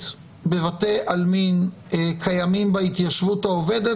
בבתי עלמין קיימים בהתיישבות העובדת?